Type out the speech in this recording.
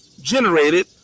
generated